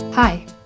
Hi